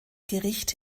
gericht